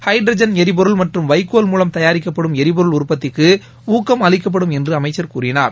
hydrogen எரிபொருள் மற்றும் வைக்கோல் மூலம் தயாரிக்கப்படும் எரிபொருள் உற்பத்திக்கு ஊக்கம் அளிக்கப்படும் என்று அமைச்சர் கூறினார்